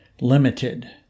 limited